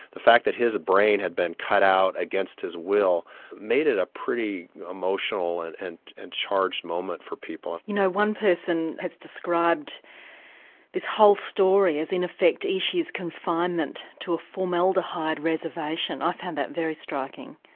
the fact that his brain had been cut out against his will made it a pretty emotional and and and charged moment for people. you know one person has described this whole story as in effect ishi's confinement to a formaldehyde reservation, i found that very striking.